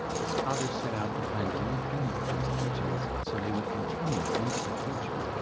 his father set out to find a new home for these teachings so they would continue into the future.